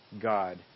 God